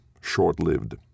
short-lived